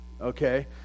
okay